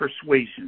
persuasion